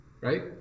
right